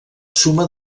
suma